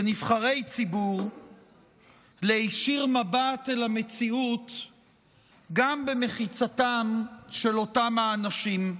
כנבחרי ציבור להישיר מבט אל המציאות גם במחיצתם של אותם האנשים.